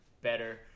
better